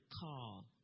call